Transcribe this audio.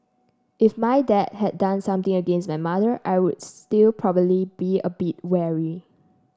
if my dad had done something against my mother I will still probably be a bit wary